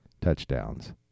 touchdowns